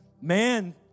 Man